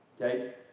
Okay